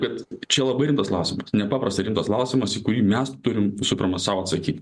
kad čia labai rimtas klausimas nepaprastai rimtas klausimas į kurį mes turim visų pirma sau atsakyt